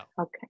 okay